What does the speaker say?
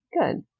Good